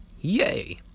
Yay